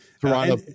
Toronto